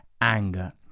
anger